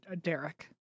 Derek